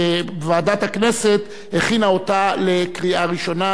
וועדת הכנסת הכינה אותה לקריאה ראשונה